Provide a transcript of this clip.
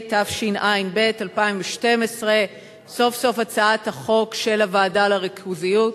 התשע"ב 2012. סוף-סוף הצעת החוק של הוועדה לריכוזיות.